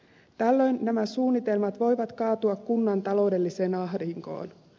tällöin nämä suunnitelmat voivat kaatua kunnan taloudelliseen ahdinkoon